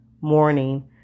morning